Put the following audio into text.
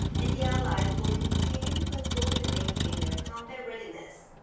and the allies will continue to consult to maintain their combat readiness.